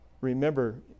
remember